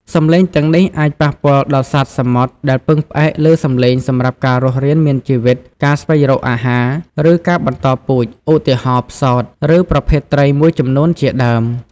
សំឡេងទាំងនេះអាចប៉ះពាល់ដល់សត្វសមុទ្រដែលពឹងផ្អែកលើសំឡេងសម្រាប់ការរស់រានមានជីវិត ការស្វែងរកអាហារ ឬការបន្តពូជ ឧទាហរណ៍ ផ្សោត ឬប្រភេទត្រីមួយចំនួនជាដើម។